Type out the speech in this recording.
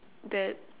that